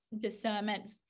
discernment